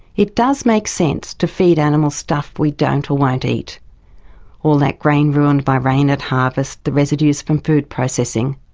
it does make sense to feed animals stuff we don't or won't eat all that grain ruined by rain at harvest, the residues from food processing,